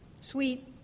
sweet